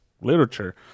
Literature